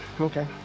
Okay